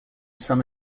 some